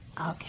Okay